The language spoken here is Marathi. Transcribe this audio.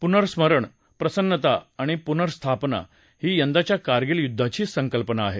पुनर्स्मरण प्रसन्नता आणि पुर्नस्थापना ही यंदाच्या कारगिल युद्वाची संकल्पना आहे